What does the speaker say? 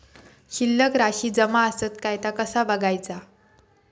शिल्लक राशी जमा आसत काय ता कसा बगायचा?